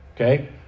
okay